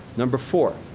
number four.